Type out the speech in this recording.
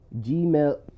Gmail